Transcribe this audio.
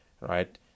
right